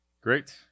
Great